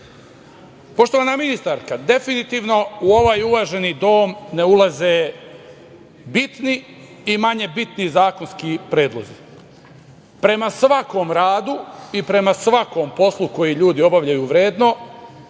Republike Srbije, definitivno u ovaj uvaženi dom ne ulaze bitni i manje bitni zakonski predlozi. Prema svakom radu i prema svakom poslu koji ljudi obavljaju vredno